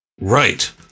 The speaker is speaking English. right